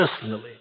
personally